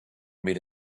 made